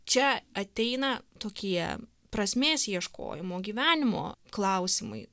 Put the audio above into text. čia ateina tokie prasmės ieškojimo gyvenimo klausimai